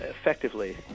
effectively